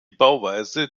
bauweise